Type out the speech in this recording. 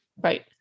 Right